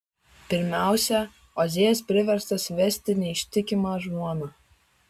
pirmiausia ozėjas priverstas vesti neištikimą žmoną